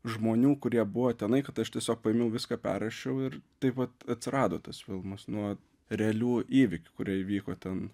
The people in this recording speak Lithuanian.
žmonių kurie buvo tenai kad aš tiesiog paėmiau viską perrašiau ir taip vat atsirado tas filmas nuo realių įvykių kurie įvyko ten